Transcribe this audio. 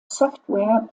software